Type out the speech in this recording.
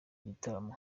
gitaramo